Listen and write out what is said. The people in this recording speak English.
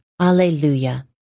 Alleluia